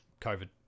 COVID